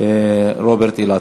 רוברט אילטוב.